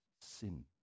sin